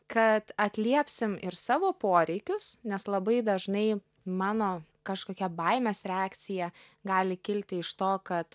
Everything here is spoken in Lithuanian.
kad atliepsim ir savo poreikius nes labai dažnai mano kažkokia baimės reakcija gali kilti iš to kad